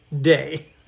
day